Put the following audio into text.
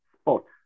Sports